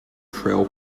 trail